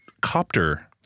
copter